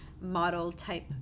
model-type